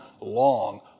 long